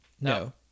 no